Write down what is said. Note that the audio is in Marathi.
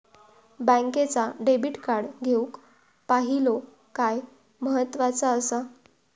बँकेचा डेबिट कार्ड घेउक पाहिले काय महत्वाचा असा?